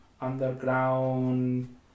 underground